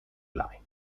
line